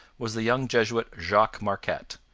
was the young jesuit jacques marquette,